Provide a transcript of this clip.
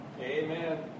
Amen